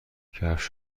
کفش